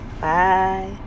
Bye